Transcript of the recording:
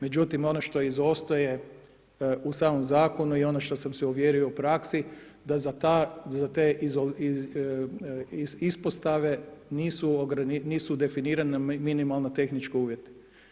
Međutim, ono što izostaje u samom zakonu je ono što sam se uvjerio u praksi da za te ispostave nisu definirani minimalni tehnički uvjeti.